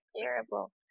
terrible